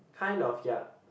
kind of ya